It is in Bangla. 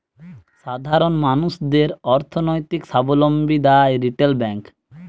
সাধারণ মানুষদের অর্থনৈতিক সাবলম্বী দ্যায় রিটেল ব্যাংক